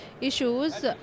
issues